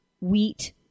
wheat